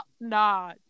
Nah